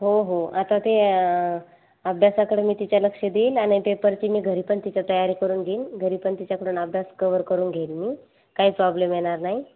हो हो आता ते अभ्यासकडे मी तिच्या लक्ष देईन आणी आता कॉन्टिनू घरी पण तिच्या तयारी करून घेईन घरी पण तिच्याकडून अभ्यास कव्हर करून घेईन मी काही प्रॉब्लेम येणार नाही